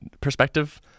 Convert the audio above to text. perspective